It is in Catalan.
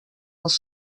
els